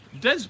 Des